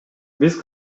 биз